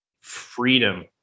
Freedom